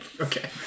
Okay